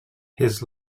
his